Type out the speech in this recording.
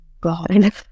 God